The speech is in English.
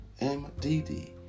mdd